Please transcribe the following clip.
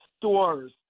stores